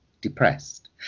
depressed